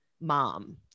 mom